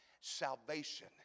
Salvation